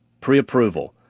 pre-approval